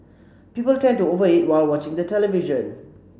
people tend to over eat while watching the television